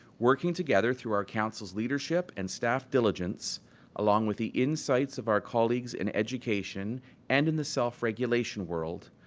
working together through our council's leadership and staff diligence along with the insights of our colleagues in education and in the self-regulation world,